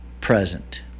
present